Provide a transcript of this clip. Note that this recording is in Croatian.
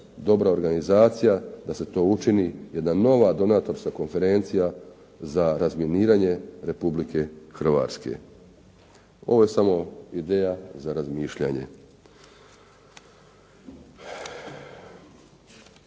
dobra organizacija da se to učini, jedna nova donatorska konferencija za razminiranje Republike Hrvatske. Ovo je samo ideja za razmišljanje.